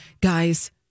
guys